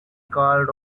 called